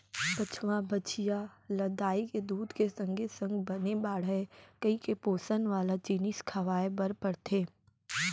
बछवा, बछिया ल दाई के दूद के संगे संग बने बाढ़य कइके पोसन वाला जिनिस खवाए बर परथे